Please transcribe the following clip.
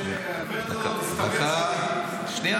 השר אמסלם, הגברת הזאת, מסתבר שהיא --- שנייה.